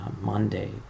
Monday